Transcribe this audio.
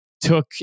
took